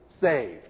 saved